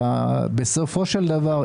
בסופו של דבר,